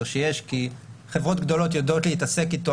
שיש כי חברות גדולות יודעות להתעסק איתו,